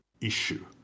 issue